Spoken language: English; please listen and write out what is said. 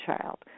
child